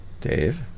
Dave